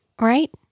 Right